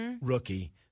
rookie